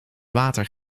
water